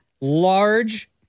large